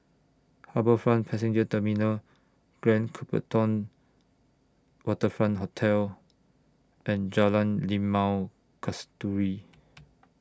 HarbourFront Passenger Terminal Grand Copthorne Waterfront Hotel and Jalan Limau Kasturi